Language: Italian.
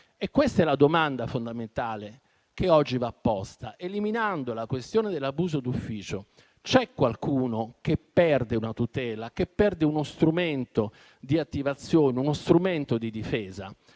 Questa è la domanda fondamentale che oggi va posta. Eliminando la questione dell'abuso d'ufficio, c'è qualcuno che perde una tutela e uno strumento di attivazione e di difesa?